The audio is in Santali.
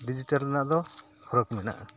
ᱰᱤᱡᱤᱴᱮᱞ ᱨᱮᱱᱟᱜ ᱫᱚ ᱯᱷᱟᱨᱟᱠ ᱢᱮᱱᱟᱜᱼᱟ